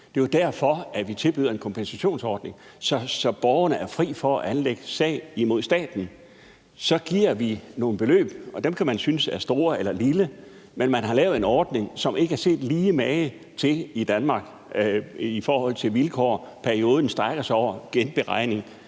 Det er jo derfor, at vi tilbyder en kompensationsordning, så borgerne er fri for at anlægge sag imod staten. Så giver vi nogle beløb – og dem kan man synes er store eller små – men man har lavet en ordning, som ikke er set mage til i Danmark i forhold til vilkår: perioden, som det strækker sig over, genberegning,